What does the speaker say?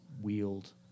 wield